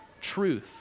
truth